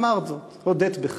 אמרת זאת, הודית בכך.